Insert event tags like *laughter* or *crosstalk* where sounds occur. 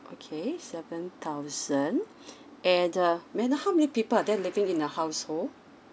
okay seven thousand *breath* and uh may I know how many people are there living in a household